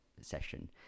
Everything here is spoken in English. session